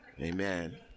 Amen